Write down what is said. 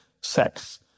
sex